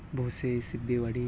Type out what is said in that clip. Bhosi Siddewadi